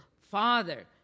Father